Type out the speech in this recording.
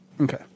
okay